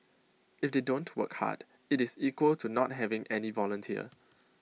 if they don't work hard IT is equal to not having any volunteer